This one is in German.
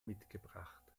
mitgebracht